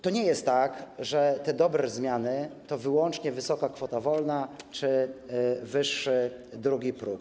To nie jest tak, że te dobre zmiany to wyłącznie wysoka kwota wolna czy wyższy drugi próg.